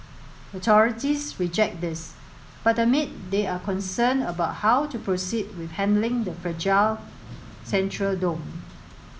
authorities reject this but admit they are concerned about how to proceed with handling the fragile central dome